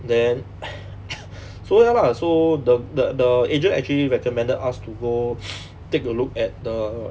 then so ya lah so the the the agent actually recommended us to go take a look at the